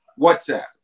WhatsApp